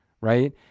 right